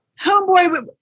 Homeboy